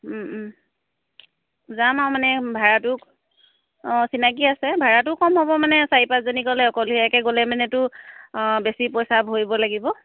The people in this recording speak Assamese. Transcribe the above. যাম আৰু মানে ভাড়াটো অঁ চিনাকী আছে ভাড়াটোও কম হ'ব মানে চাৰি পাঁচজনী গ'লে অকলশৰীয়াকৈ গ'লে মানেতো বেছি পইচা ভৰিব লাগিব